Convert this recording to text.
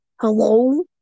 Hello